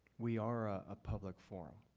we are a ah public forum.